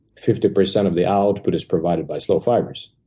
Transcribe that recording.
fifty percent of the output is provided by slow fibers.